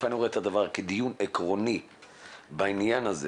ראשית, אני רואה את הדבר כדיון עקרוני בעניין הזה